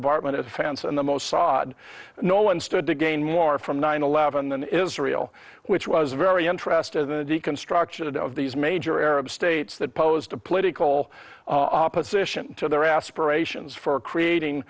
department of defense and the mossad and no one stood to gain more from nine eleven than israel which was very interested in the deconstruction of these major arab states that posed a political opposition to their aspirations for creating